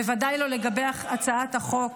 בוודאי לא לגבי הצעת החוק